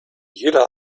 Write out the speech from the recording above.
jeder